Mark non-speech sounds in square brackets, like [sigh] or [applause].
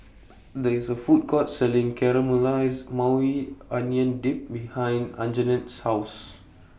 [noise] There IS A Food Court Selling Caramelized Maui Onion Dip behind Anjanette's House